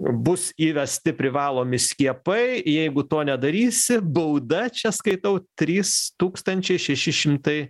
bus įvesti privalomi skiepai jeigu to nedarysi bauda čia skaitau trys tūkstančiai šeši šimtai